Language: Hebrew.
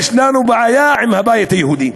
יש לנו בעיה עם הבית היהודי.